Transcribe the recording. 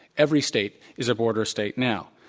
every state is a border state now.